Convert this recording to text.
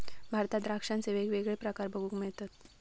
भारतात द्राक्षांचे वेगवेगळे प्रकार बघूक मिळतत